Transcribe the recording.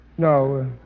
No